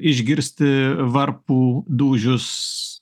išgirsti varpų dūžius